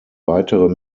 weitere